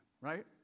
right